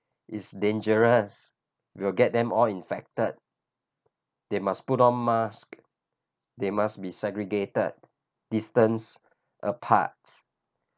it's dangerous we will get them all infected they must put on mask they must be segregated distance apart